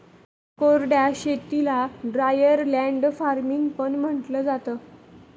कोरड्या शेतीला dryer land farming पण म्हंटलं जातं